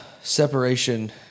separation